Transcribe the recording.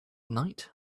night